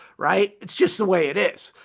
right? it's just the way it is.